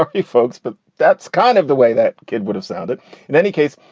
you folks. but that's kind of the way that kid would have sounded in any case.